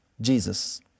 Jesus